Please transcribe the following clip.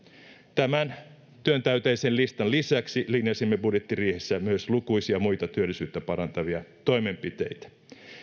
tämän työntäyteisen listan lisäksi linjasimme budjettiriihessä myös lukuisia muita työllisyyttä parantavia toimenpiteitä